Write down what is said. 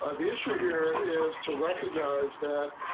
ah the issue here is to recognize that.